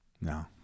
No